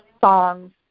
songs